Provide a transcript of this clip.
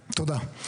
תודה,